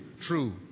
True